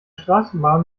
straßenbahn